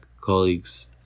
colleagues